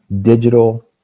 digital